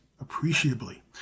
appreciably